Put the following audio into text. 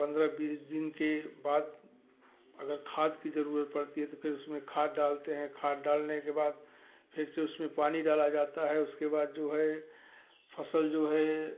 पंद्रह बीस दिन के बाद अगर खाद की ज़रूरत पड़ती है तो फिर उसमें खाद डालते हैं खाद डालने के बाद फिर से उसमें पानी डाला जाता है उसके बाद जो है फसल जो है